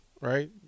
Right